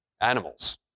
animals